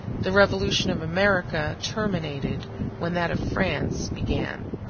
the revolution of america terminated when that of france began.